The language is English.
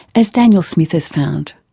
as daniel smith has found.